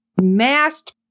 masked